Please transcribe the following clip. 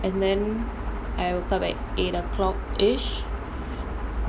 and then I woke up at eight O'clock-ish